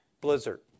blizzard